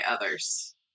others